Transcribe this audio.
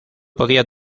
podía